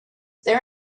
there